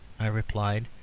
i replied,